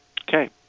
Okay